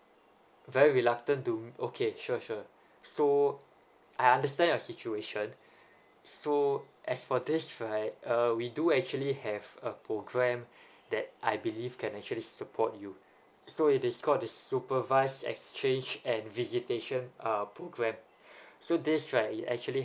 very reluctant to okay sure sure so I understand your situation so as for this right uh we do actually have a programme that I believe can actually support you so it is call this supervise exchange and visitation uh programme so this right it actually